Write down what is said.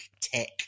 tech